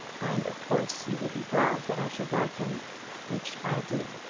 and of course you would be glad that i should like him which i do,